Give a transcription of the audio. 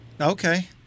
Okay